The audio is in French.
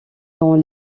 dans